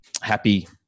happy